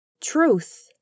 truth